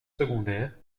secondaire